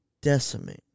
decimate